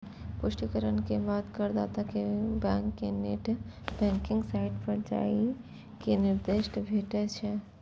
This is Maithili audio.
पुष्टिकरण के बाद करदाता कें बैंक के नेट बैंकिंग साइट पर जाइ के निर्देश भेटै छै